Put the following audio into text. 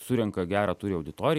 surenka gerą turi auditoriją